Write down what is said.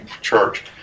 church